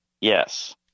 yes